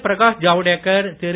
Prakash Javadekar Thiru